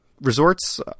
resorts